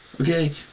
Okay